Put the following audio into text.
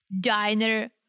diner